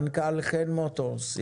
מנכ"ל חן מוטורס,